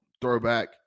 throwback